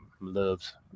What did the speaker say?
loves